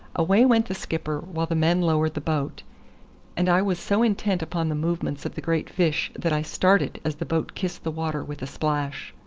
away went the skipper, while the men lowered the boat and i was so intent upon the movements of the great fish that i started as the boat kissed the water with a splash.